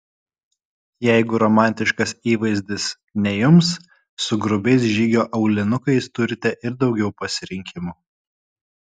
jeigu romantiškas įvaizdis ne jums su grubiais žygio aulinukais turite ir daugiau pasirinkimų